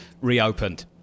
reopened